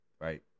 right